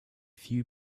few